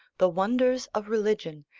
the wonders of religion,